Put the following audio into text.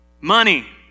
money